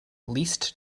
least